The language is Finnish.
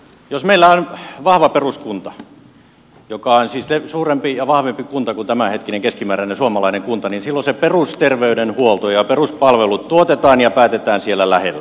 jos meillä on vahva peruskunta joka on siis suurempi ja vahvempi kunta kuin tämänhetkinen keskimääräinen suomalainen kunta niin silloin se perusterveydenhuolto ja peruspalvelut tuotetaan ja päätetään siellä lähellä